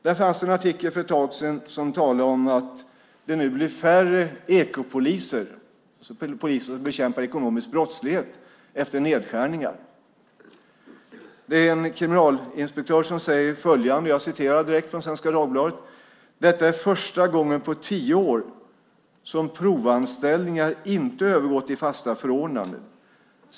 Där fanns det en artikel för ett tag sedan där det talades om att det nu blir färre ekopoliser, alltså poliser som bekämpar ekonomisk brottslighet, efter nedskärningar. En kriminalinspektör säger följande: "Detta är första gången på tio år som provanställningar inte övergått i fasta förordnanden.